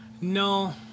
No